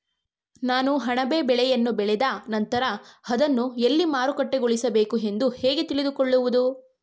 ನಾನು ಅಣಬೆ ಬೆಳೆಯನ್ನು ಬೆಳೆದ ನಂತರ ಅದನ್ನು ಎಲ್ಲಿ ಮಾರುಕಟ್ಟೆಗೊಳಿಸಬೇಕು ಎಂದು ಹೇಗೆ ತಿಳಿದುಕೊಳ್ಳುವುದು?